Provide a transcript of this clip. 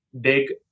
big